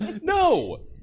No